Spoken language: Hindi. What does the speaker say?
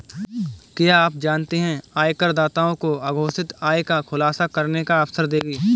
क्या आप जानते है आयकरदाताओं को अघोषित आय का खुलासा करने का अवसर देगी?